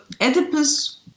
Oedipus